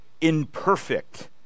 imperfect